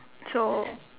so